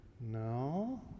No